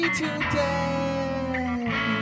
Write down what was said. today